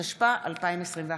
יצחק פינדרוס וינון אזולאי,